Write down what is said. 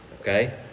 okay